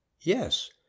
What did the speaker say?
Yes